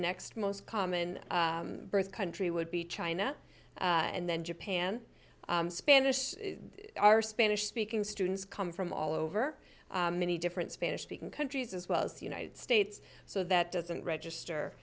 next most common birth country would be china and then japan spanish our spanish speaking students come from all over many different spanish speaking countries as well as the united states so that doesn't register